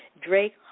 Drake